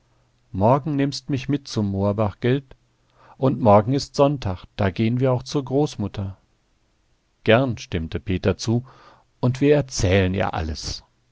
morgen nimmst mich mit zum moorbach gelt und morgen ist sonntag da gehen wir auch zur großmutter gern stimmte peter zu und wir erzählen ihr alles